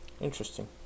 Interesting